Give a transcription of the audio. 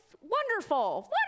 wonderful